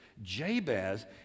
Jabez